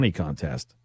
contest